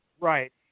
Right